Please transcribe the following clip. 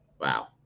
Wow